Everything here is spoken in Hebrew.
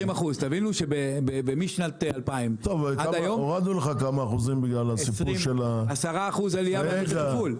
תבינו שמשנת 2000 עד היום 10% עלייה בהוצאות התפעול.